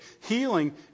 Healing